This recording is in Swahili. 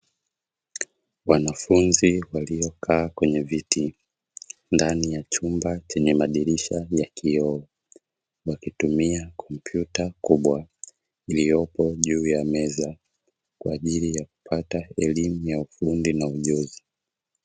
Wanafunzi waliokaa kwenye viti ndani ya chumba chenye madirisha ya kioo, wakitumia kompyuta kubwa iliyopo juu ya meza kwa ajili ya kupata elimu ya ufundi na ujuzi.